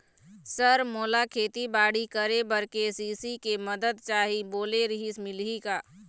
Sir मोला खेतीबाड़ी करेबर के.सी.सी के मंदत चाही बोले रीहिस मिलही का?